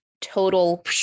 total